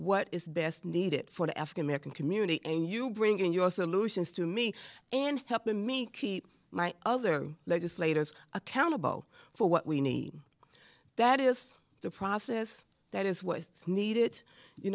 what is best need it for the african american community and you bringing your solutions to me and helping me keep my other legislators accountable for what we need that is the process that is what's needed you